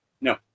No